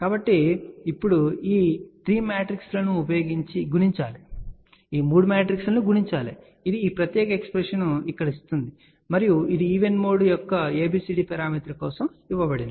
కాబట్టి ఇప్పుడు ఈ 3 మ్యాట్రిక్స్ లను గుణించాలి ఇది ఈ ప్రత్యేకత ఎక్స్ప్రెషన్ ను ఇక్కడ ఇస్తుంది మరియు ఇది ఈవెన్ మోడ్ యొక్క ABCD పరామితి కోసం ఇవ్వబడింది